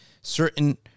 certain